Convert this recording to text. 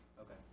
Okay